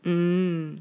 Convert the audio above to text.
mm